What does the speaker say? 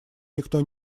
никто